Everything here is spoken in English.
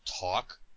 talk